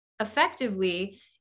effectively